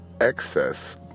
excess